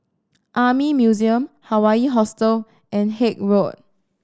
Army Museum Hawaii Hostel and Haig Road